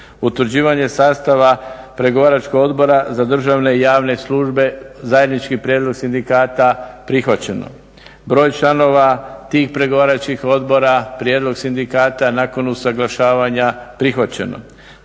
Utvrđivanje sastava pregovaračkog odbora za državne i javne službe zajednički prijedlog sindikata prihvaćeno, broj članova tih pregovaračkih odbora, prijedlog sindikata nakon usuglašavanja prihvaćeno.